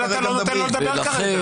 אתה לא נותן לו לדבר כרגע.